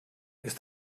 ist